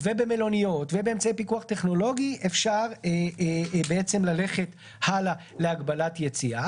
במלוניות ובאמצעי פיקוח טכנולוגיים אפשר בעצם ללכת הלאה להגבלת יציאה.